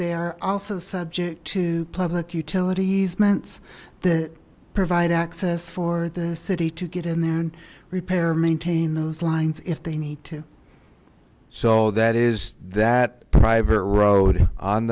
they are also subject to public utility easements they provide access for the city to get in there and repair maintain those lines if they need to so that is that private road on